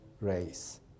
race